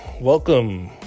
welcome